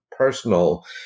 personal